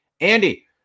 Andy